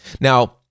Now